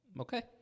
Okay